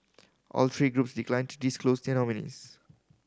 all three groups declined to disclose their nominees